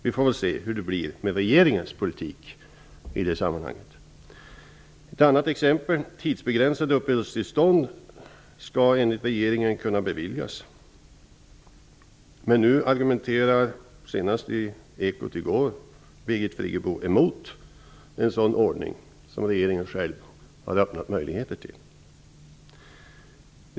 Vi får väl se hur det blir med regeringens politik i det sammanhanget. Ett annat exempel är att tidsbegränsade uppehållstillstånd enligt regeringen skall kunna beviljas. Men nu argumenterar Birgit Friggebo mot den ordning som regeringen själv har öppnat möjligheter till. Hon gjorde det senast i Ekot i går.